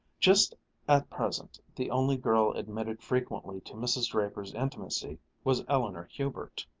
just at present the only girl admitted frequently to mrs. draper's intimacy was eleanor hubert.